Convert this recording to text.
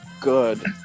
good